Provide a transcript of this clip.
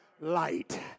light